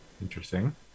Interesting